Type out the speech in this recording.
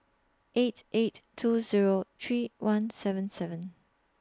eight eight two Zero three one seven seven